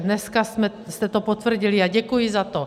Dneska jste to potvrdili a děkuji za to.